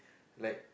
like